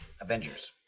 Avengers